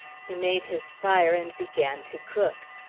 he made his fire and began to cook.